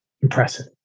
Impressive